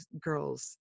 girls